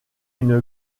une